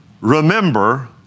Remember